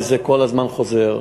וזה כל הזמן חוזר.